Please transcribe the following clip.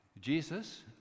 Jesus